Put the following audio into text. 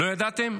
לא ידעתם?